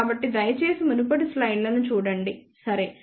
కాబట్టి దయచేసి మునుపటి స్లైడ్లను చూడండి సరే